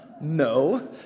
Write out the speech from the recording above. No